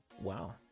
wow